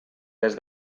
des